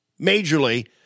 majorly